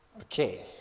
Okay